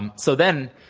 and so then,